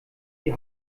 die